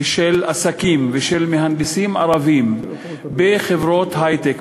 ושל עסקים ושל מהנדסים ערבים בחברות היי-טק,